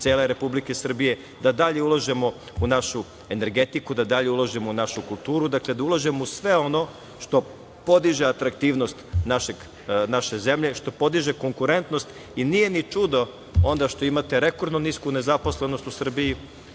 cele Republike Srbije. Dalje ulažemo u našu energetiku, dalje ulažemo u našu kulturu. Dakle, ulažemo u sve ono što podiže atraktivnost naše zemlje, što podiže konkurentnost i nije ni čudo onda što imate rekordno nisku nezaposlenost u Srbiji,